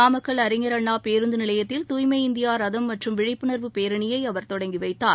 நாமக்கல் அறிஞர் அண்ணா பேருந்து நிலையத்தில் தூய்மை இந்தியா ரதம் மற்றும் விழிப்புணர்வு பேரணியை அவர் தொடங்கி வைத்தார்